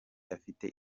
afite